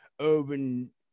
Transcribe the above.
urban